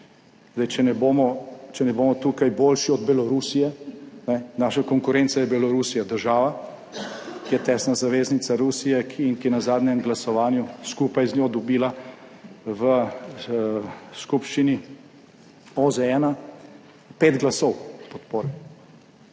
če ne bomo tukaj boljši od Belorusije, naša konkurenca je Belorusija, država, ki je tesna zaveznica Rusije in ki je na zadnjem glasovanju skupaj z njo dobila v skupščini OZN pet glasov podpore,